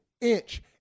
inch